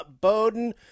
Bowden